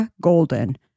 Golden